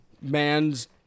man's